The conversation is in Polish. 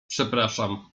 przepraszam